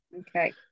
okay